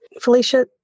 Felicia